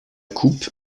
coupe